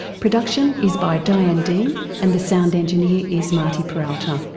production is by diane dean and the sound engineer is marty peralta.